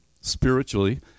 Spiritually